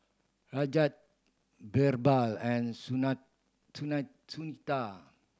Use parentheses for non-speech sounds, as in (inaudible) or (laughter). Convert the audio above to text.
Rajat Birbal and (unintelligible) Sunita